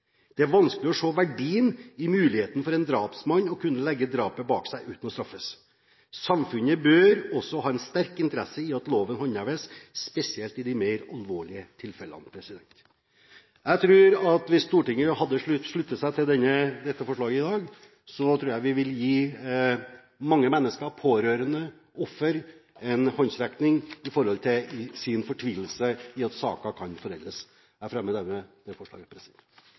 Det er vanskelig å se verdien i muligheten for at en drapsmann skal kunne legge drapene bak seg uten å straffes. Samfunnet bør også ha en sterk interesse i at loven håndheves, spesielt i de mer alvorlige tilfeller. Hvis Stortinget slutter seg til dette forslaget i dag, tror jeg vi vil gi mange mennesker, pårørende og offer, en håndsrekning med hensyn til deres fortvilelse over at saken kan foreldes. Jeg fremmer hermed dette forslaget fra Fremskrittspartiet. Representanten Per Sandberg har tatt opp det forslaget